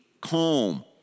calm